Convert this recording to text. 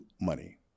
money